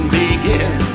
begin